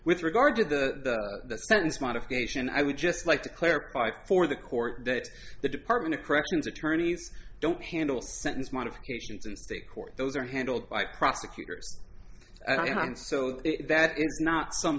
with regard to the sentence modification i would just like to clarify for the court that the department of corrections attorneys don't handle sentence modifications in state court those are handled by prosecutors and so that is not some